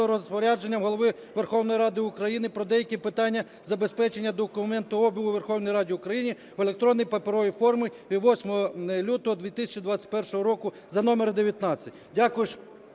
Розпорядженням Голови Верховної Ради України про деякі питання забезпечення документообігу у Верховній Раді України в електронній, паперовій формі (від 8 лютого 2021 року) за номером 19. Дякую.